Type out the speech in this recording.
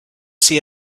see